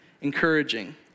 encouraging